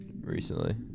recently